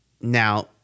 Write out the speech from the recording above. Now